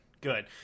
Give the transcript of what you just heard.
good